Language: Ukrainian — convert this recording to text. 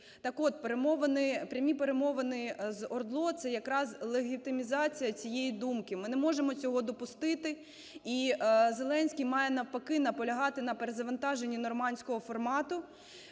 Так от, прямі перемовини з ОРДЛО – це якраз легітимізація цієї думки. Ми не можемо цього допустити. І Зеленський має навпаки наполягати на перезавантаженні нормандського формату,